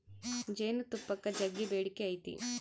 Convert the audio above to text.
ಜೇನುತುಪ್ಪಕ್ಕ ಜಗ್ಗಿ ಬೇಡಿಕೆ ಐತೆ